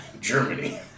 Germany